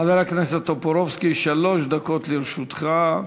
חבר הכנסת טופורובסקי, שלוש דקות לרשותך.